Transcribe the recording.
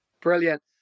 Brilliant